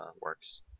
works